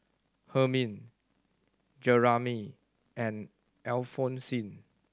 Hermine Jeramy and Alphonsine